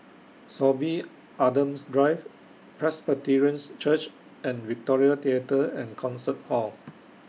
Sorby Adams Drive Presbyterian Church and Victoria Theatre and Concert Hall